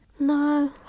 No